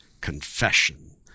confession